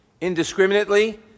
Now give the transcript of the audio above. indiscriminately